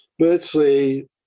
virtually